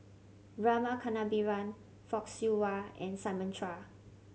Rama Kannabiran Fock Siew Wah and Simon Chua